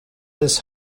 des